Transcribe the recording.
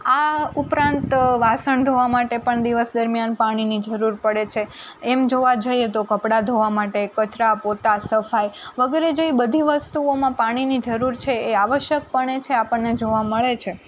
આ ઉપરાંત વાસણ ધોવા માટે પણ દિવસ દરમ્યાન પાણીની જરૂર પડે છે એમ જોવા જઈએ તો કપડા ધોવા માટે કચરા પોતા સફાઈ વગેરે જ એવી બધી વસ્તુઓમાં પાણીની જરૂર છે એ આવશ્યક પણે છે આપણને જોવા મળે છે